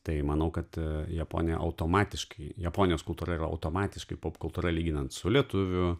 tai manau kad japonija automatiškai japonijos kultūra yra automatiškai popkultūra lyginant su lietuvių